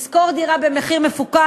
לשכור דירה במחיר מפוקח.